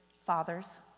Fathers